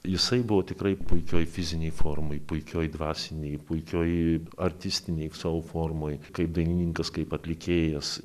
jisai buvo tikrai puikioj fizinėj formoj puikioj dvasinėj puikioj artistinėj savo formoj kaip dainininkas kaip atlikėjas